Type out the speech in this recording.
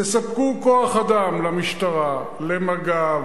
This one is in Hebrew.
תספקו כוח-אדם למשטרה, למג"ב,